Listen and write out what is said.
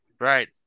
right